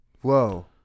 whoa